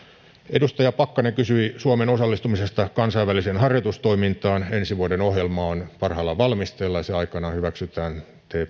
edustaja pakkanen kysyi suomen osallistumisesta kansainväliseen harjoitustoimintaan ensi vuoden ohjelma on parhaillaan valmisteilla ja se aikanaan hyväksytään